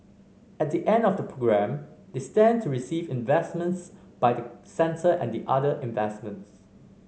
at the end of the programme they stand to receive investments by the centre and other investors